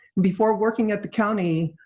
before working at the county,